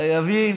חייבים